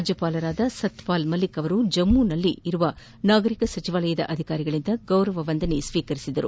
ರಾಜ್ಯಪಾಲರಾದ ಸತ್ಪಾಲ್ ಮಲ್ಲಿಕ್ ಅವರು ಜಮ್ನುವಿನಲ್ಲಿ ಇರುವ ನಾಗರಿಕ ಸಚಿವಾಲಯದ ಅಧಿಕಾರಿಗಳಿಂದ ಗೌರವ ವಂದನೆ ಸ್ವೀಕರಿಸಿದರು